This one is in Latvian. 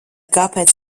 kāpēc